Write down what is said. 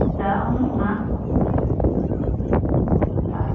हुन्छ आउनुहोस् न हुन्छ